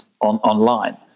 online